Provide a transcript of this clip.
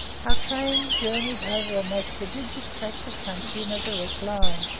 our train journeyed over a most prodigious tract of country in a direct line,